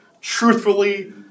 truthfully